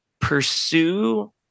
pursue